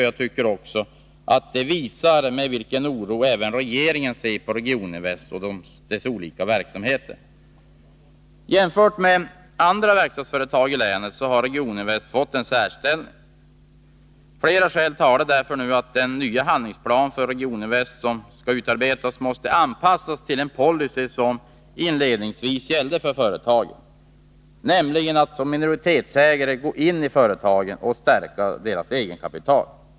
Jag tycker det visar med vilken oro även regeringen ser på Regioninvest och dess olika verksamheter. Jämfört med andra verkstadsföretag i länet har Regioninvest fått en särställning. Flera skäl talar nu för att den nya handlingsplan för Regioninvest som skall utarbetas måste anpassas till den policy som inledningsvis gällde för företaget, nämligen att som minoritetsägare gå in i företagen för att stärka deras egenkapital.